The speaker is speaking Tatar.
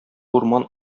урман